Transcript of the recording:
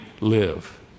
live